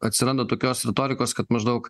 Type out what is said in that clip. atsiranda tokios retorikos kad maždaug